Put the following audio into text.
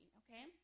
okay